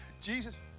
Jesus